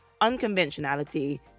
Unconventionality